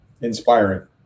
Inspiring